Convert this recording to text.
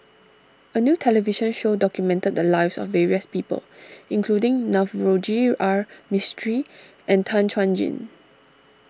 a new television show documented the lives of various people including Navroji R Mistri and Tan Chuan Jin